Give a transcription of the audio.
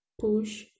push